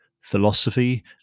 philosophy